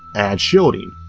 add shielding,